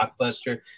blockbuster